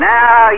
Now